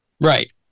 right